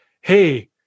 hey